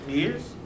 years